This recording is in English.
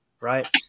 right